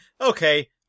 okay